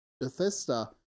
Bethesda